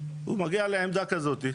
הוא מגיע לעמדה כזאת,